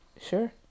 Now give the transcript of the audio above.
Sure